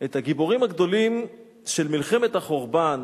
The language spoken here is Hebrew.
את הגיבורים הגדולים של מלחמת החורבן